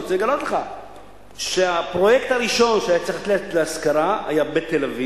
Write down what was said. אני רוצה לגלות לך שהפרויקט הראשון שהיה צריך ללכת להשכרה היה בתל-אביב,